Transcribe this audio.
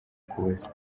ukuboza